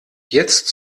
jetzt